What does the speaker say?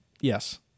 Yes